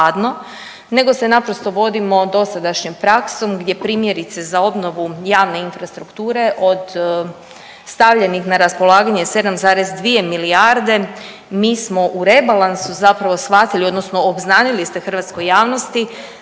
nego se naprosto vodimo dosadašnjom praksom gdje, primjerice, za obnovu javne infrastrukture od stavljenih na raspolaganje 7,2 milijarde, mi smo u rebalansu zapravo shvatili odnosno obznanili ste hrvatskoj javnosti